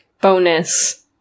bonus